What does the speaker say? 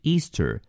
Easter